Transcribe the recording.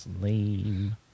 lame